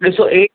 ॾिसो ऐट